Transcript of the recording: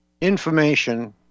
information